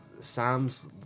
Sam's